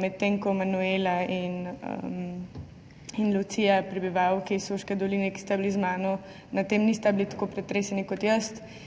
medtem ko Manuela in Lucija, prebivalki iz Soške doline, ki sta bili z mano, nad tem nista bili tako pretreseni kot jaz